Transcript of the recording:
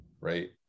right